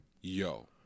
Yo